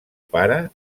pare